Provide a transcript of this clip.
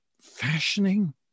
fashioning